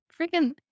freaking